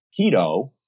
keto